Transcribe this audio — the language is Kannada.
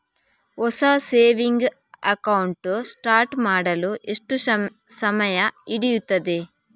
ಹೊಸ ಸೇವಿಂಗ್ ಅಕೌಂಟ್ ಸ್ಟಾರ್ಟ್ ಮಾಡಲು ಎಷ್ಟು ಸಮಯ ಹಿಡಿಯುತ್ತದೆ?